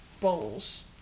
bowls